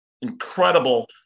incredible